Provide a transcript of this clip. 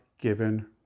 given